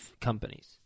companies